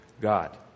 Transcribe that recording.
God